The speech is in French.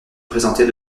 présenter